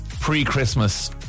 pre-Christmas